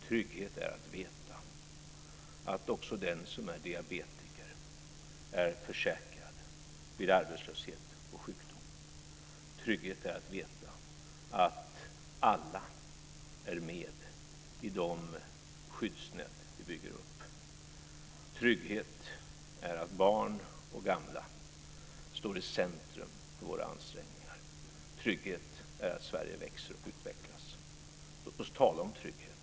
Trygghet är att veta att också den som är diabetiker är försäkrad vid arbetslöshet och sjukdom. Trygghet är att veta att alla är med i de skyddsnät som vi bygger upp. Trygghet är att barn och gamla står i centrum för våra ansträngningar. Trygghet är att Sverige växer och utvecklas. Låt oss tala om trygghet.